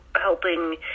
helping